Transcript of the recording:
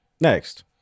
Next